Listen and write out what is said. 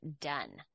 done